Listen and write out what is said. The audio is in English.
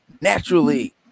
naturally